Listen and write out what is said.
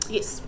Yes